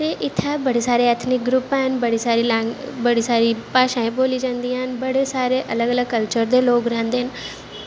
ते इत्थें बड़े सारे ऐथिनक ग्रुप नै बड़े सारियां भाशां बी बोलियां जंदियां न बड़े सारे कल्चर न